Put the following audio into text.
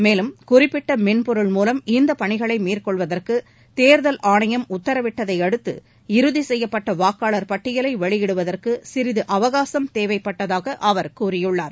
மேலும் குறிப்பிட்ட மென்பொருள் மூலம் இந்த பணிகளை மேற்கொள்வதற்கு தேர்தல் ஆணையம் உத்தரவிட்டதையடுத்து இறதி செய்யப்பட்ட வாக்காளர் பட்டியலை வெளியிடுவதற்கு சிறிது அவகாசம் தேவைப்பட்டதாக அவர் கூறியுள்ளார்